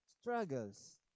Struggles